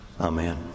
Amen